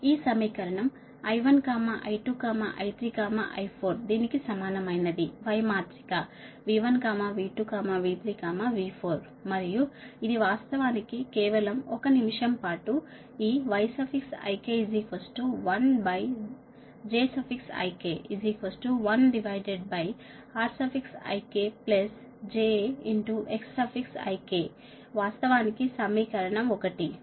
ఈ సమీకరణం I1I2I3I4 దీనికి సమానమైనది Y మాత్రిక V1V2V3V4 మరియు ఇది వాస్తవానికి కేవలం ఒక నిమిషం పాటు ఈ yik1zik 1rik j xikవాస్తవానికి సమీకరణం 1